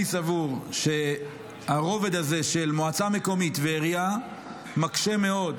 אני סבור שהרובד הזה של מועצה מקומית ועירייה מקשה מאוד,